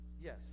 yes